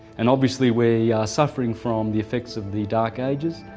and obviously we are suffering from the effects of the dark ages,